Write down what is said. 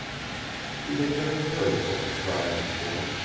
he had never heard such a cry before,